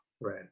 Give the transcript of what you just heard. right